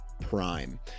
prime